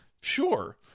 Sure